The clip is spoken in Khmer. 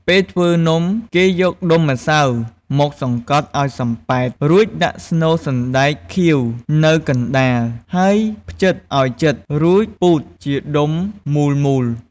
ពេលធ្វើនំ គេយកដុំម្សៅមកសង្កត់ឱ្យសំប៉ែត រួចដាក់ស្នូលសណ្ដែកខៀវនៅកណ្តាល ហើយភ្ជិតឱ្យជិត រួចពូតជាដុំមូលៗ។